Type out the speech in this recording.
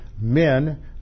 men